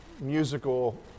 musical